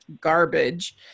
garbage